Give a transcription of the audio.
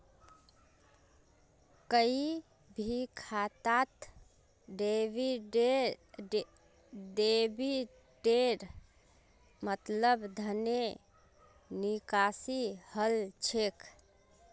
कोई भी खातात डेबिटेर मतलब धनेर निकासी हल छेक